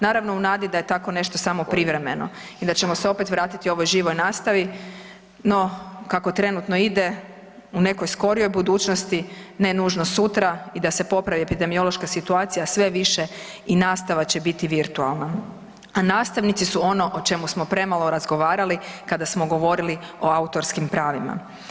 Naravno, u nadi da je tako nešto samo privremeno i da ćemo se opet vratiti ovoj živoj nastavi, no kako trenutno ide, u nekoj skorijoj budućnosti, ne nužno sutra, i da se popravi epidemiološka situacija, sve više i nastava će biti virtualna, a nastavnici su ono o čemu smo premalo razgovarali kada smo govorili o autorskim pravima.